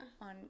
on